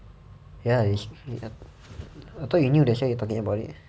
ya it's I thought you knew that's why you're talking about it